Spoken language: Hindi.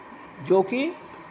जो कि